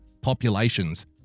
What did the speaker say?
populations